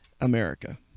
America